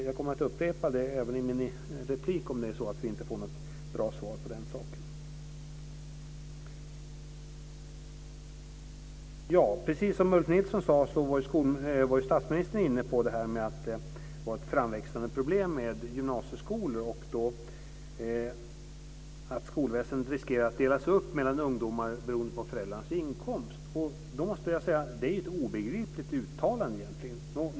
Jag kommer att upprepa frågan även i nästa inlägg om vi inte får något bra svar på detta. Precis som Ulf Nilsson sade var statsministern inne på att detta med gymnasieskolorna var ett framväxande problem och att skolväsendet riskerar att delas upp mellan ungdomar beroende på föräldrarnas inkomst. Det är egentligen ett obegripligt uttalande, måste jag säga.